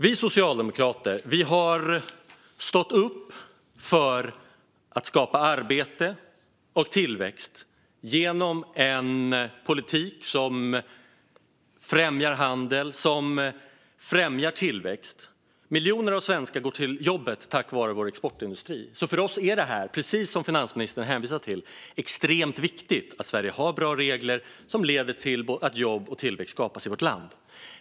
Vi socialdemokrater har stått upp för att skapa arbete och tillväxt genom en politik som främjar handel och tillväxt. Miljoner av svenskar går till jobbet tack vare vår exportindustri. För oss är det, precis som finansministern hänvisar till, extremt viktigt att Sverige har bra regler som leder till att jobb och tillväxt skapas i vårt land.